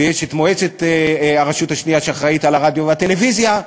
ויש מועצת הרשות השנייה שאחראית לרדיו ולטלוויזיה,